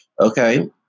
Okay